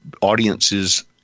audiences